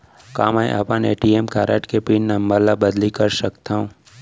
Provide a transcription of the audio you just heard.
का मैं अपन ए.टी.एम कारड के पिन नम्बर ल बदली कर सकथव?